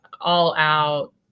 all-out